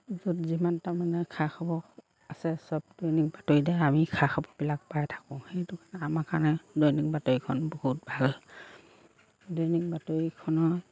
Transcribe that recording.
য'ত যিমান তাৰমানে খা খাবৰ আছে চব দৈনিক বাতৰি দ্বাৰাই আমি খা খাবৰবিলাক পাই থাকোঁ সেইটো কাৰণে আমাৰ কাৰণে দৈনিক বাতৰিখন বহুত ভাল দৈনিক বাতৰিখনৰ